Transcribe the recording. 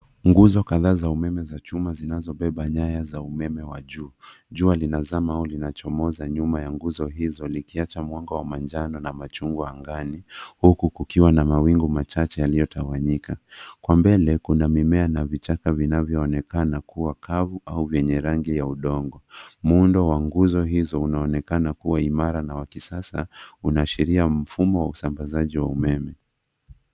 Nguzo kadhaa za umeme za chuma zinazobeba nyaya za umeme wa juu. Jua linazama au linachomoza nyuma ya nguzo hizo likiacha mwanga wa manjano na machungwa angani huku kukiwa na mawingu machache yaliyotawanyika. Kwa mbele kuna mimea na vichaka vinavyoonekana kuwa kavu au venye rangi ya udongo. Muundo wa nguzo hizo unaonekana kuwa imara na wa kisasa unaashiria mfumo wa usambazaji wa umeme.